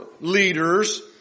leaders